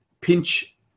Pinch